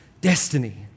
destiny